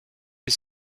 est